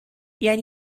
یعنی